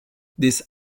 this